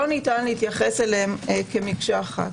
לא ניתן להתייחס אליהם כמקשה אחת.